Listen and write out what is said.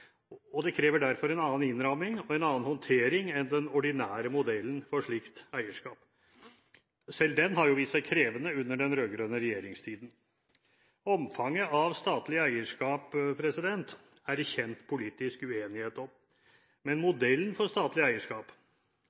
og det krever derfor en annen innramming og en annen håndtering enn den ordinære modellen for slikt eierskap. Selv den har jo vist seg krevende under den rød-grønne regjeringstiden. Omfanget av statlig eierskap er det som kjent politisk uenighet om, men modellen for statlig eierskap,